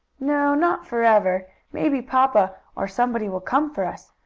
no, not forever. maybe papa, or somebody will come for us.